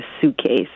suitcase